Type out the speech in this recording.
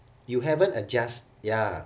you haven't adjust ya